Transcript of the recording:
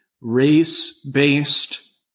race-based